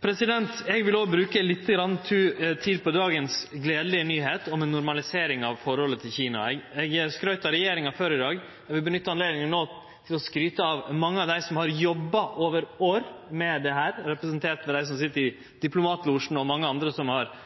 Eg vil òg bruke lite grann tid på dagens gledelege nyheit, om normaliseringa av forholdet til Kina. Eg skrytte av regjeringa før i dag, og eg vil nytte anledninga no til å skryte av dei mange som har jobba over år med dette, representerte ved dei som sit i diplomatlosjen, og mange andre. Eg trur òg det har